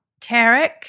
Tarek